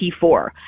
T4